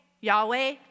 Yahweh